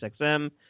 XM